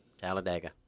Talladega